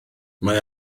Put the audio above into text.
mae